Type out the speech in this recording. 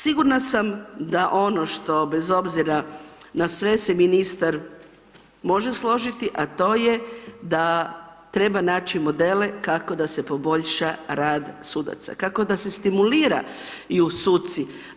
Sigurna sam da ono što, bez obzira na sve, se ministar može složiti, a to je da treba naći modele kako da se poboljša rad sudaca, kako da se stimuliraju suci.